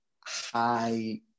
high